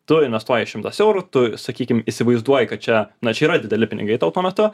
tu investuoji šimtas eurų tu sakykim įsivaizduoji kad čia na čia yra dideli pinigai tau tuo metu